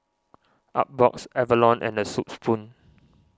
Artbox Avalon and the Soup Spoon